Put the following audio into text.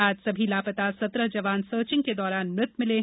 आज सभी लापता सत्रह जवान सर्चिंग के दौरान मृत मिले हैं